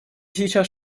сейчас